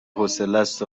حوصلست